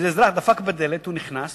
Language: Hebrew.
אזרח דפק בדלת, נכנס